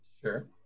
Sure